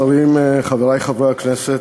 חברי הכנסת,